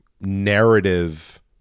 narrative